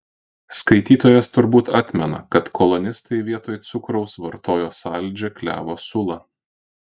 skaitytojas turbūt atmena kad kolonistai vietoj cukraus vartojo saldžią klevo sulą